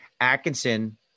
Atkinson